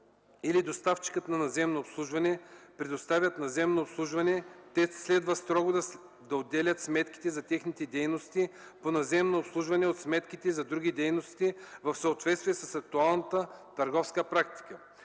или доставчикът на наземно обслужване предоставят наземно обслужване, те следва строго да отделят сметките за техните дейности по наземно обслужване от сметките за другите дейности, в съответствие с актуалната търговска практика.